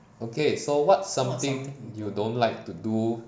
okay so what's something you don't like to do